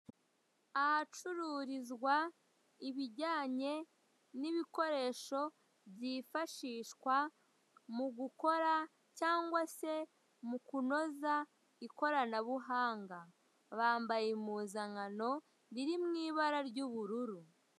Ahacururizwa ibijyanye n'ibikoresho byifashishwa mu gukora cyangwa se mu kunoza ikorabuhanga bambaye impuzangano riri mu ibara ry'ubururu.